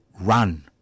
run